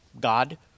God